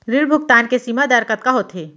ऋण भुगतान के सीमा दर कतका होथे?